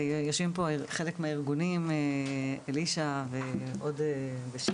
יושבים פה חלק מהארגונים אלישע ושירלי.